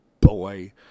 Boy